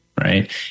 right